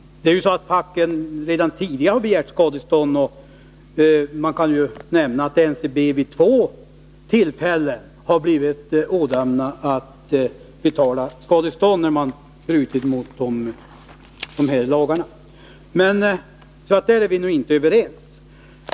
Det har de ju gjort redan tidigare. Det kan nämnas att NCB vid två tillfällen har blivit ådömt att betala skadestånd för att man brutit mot lagarna. På den punkten är vi alltså inte överens.